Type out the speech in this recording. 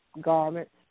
Garments